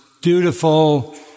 dutiful